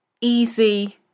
easy